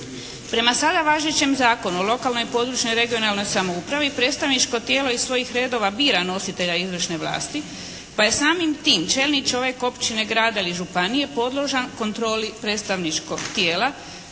Prema sada važećem Zakonu o lokalnoj i područnoj regionalnoj samoupravi predstavničko tijelo iz svojih redova bira nositelja izvršne vlasti pa je samim tim čelni čovjek općine, grada ili županije podložan kontroli predstavničkog tijela